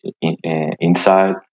inside